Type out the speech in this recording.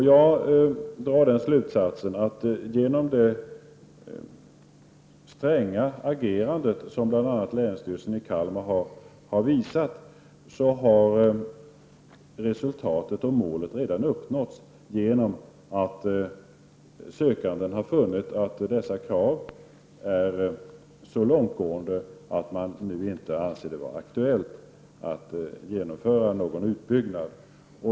Jag drar den slutsatsen att genom det stränga agerandet från bl.a. länsstyrelsen i Kalmar har målet redan uppnåtts. Sökanden har funnit att dessa krav är så långtgående att man nu inte anser det vara aktuellt att genomföra någon utbyggnad.